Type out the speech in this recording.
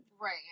Right